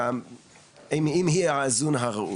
האם היא האיזון הראוי?